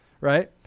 right